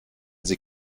sie